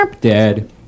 Dead